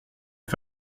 est